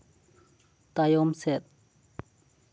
ᱛᱟᱭᱚᱢ ᱥᱮᱫ